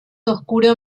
oscuro